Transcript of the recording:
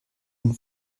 und